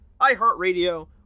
iHeartRadio